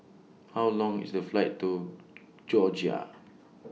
How Long IS The Flight to Georgia